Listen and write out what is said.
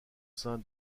sein